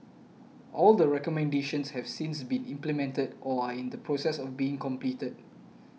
all the recommendations have since been implemented or are in the process of being completed